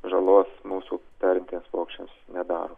žalos mūsų perintiems paukščiams nedaro